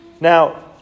Now